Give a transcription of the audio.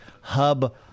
Hub